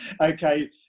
Okay